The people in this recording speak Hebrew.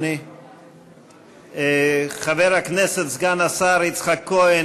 ואחרים שמטפלים במיצוי זכויות של ניצולי שואה.